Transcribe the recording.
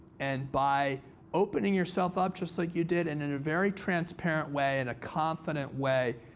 and by opening yourself up just like you did, and in a very transparent way, in a confident way,